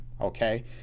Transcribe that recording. okay